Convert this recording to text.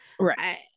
right